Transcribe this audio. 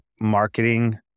marketing